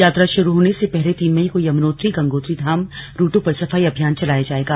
यात्रा शुरू होने से पहले तीन मई को यमुनोत्री गंगोत्री धाम रूटों पर सफाई अभियान चलाया जायेगा